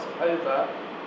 over